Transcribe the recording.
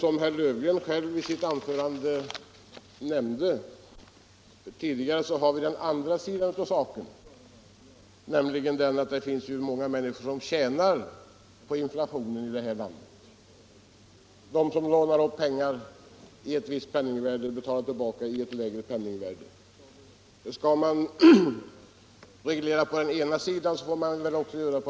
Den andra sidan av saken, som herr Löfgren också nämnde i sitt anförande, är att det finns många människor i det här landet som tjänar på inflationen, nämligen de som lånar upp pengar i ett visst penningvärde och betalar tillbaka i ett lägre penningvärde.